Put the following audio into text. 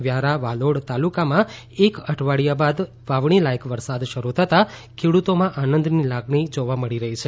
વ્યારા વાલોડ તાલુકામાં એક અઠવાડિયા બાદ વાવણી લાયક વરસાદ શરૂ થતાં ખેડૂતોમાં આનંદની લાગણી જોવા મળી રહી છે